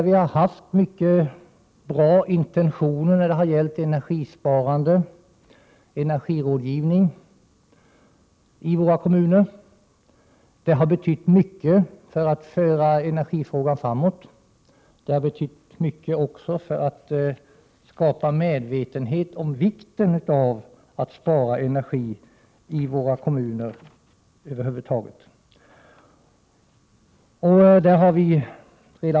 Vi har haft mycket bra intentioner för energisparande och energirådgivning i våra kommuner. Det har betytt mycket när det gällt att föra energifrågorna framåt. Men det har också betytt — Prot. 1987/88: 110 mycket när det gällt att skapa medvetenhet om vikten av att spara energi i 28 april 1988 våra kommuner över huvud taget.